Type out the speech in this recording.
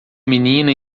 menina